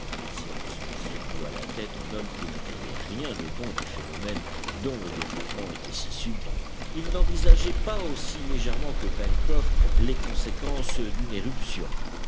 smith secoua la tête en homme qui n'attendait rien de bon du phénomène dont le développement était si subit il n'envisageait pas aussi légèrement que pencroff les conséquences d'une éruption